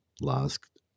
last